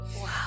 Wow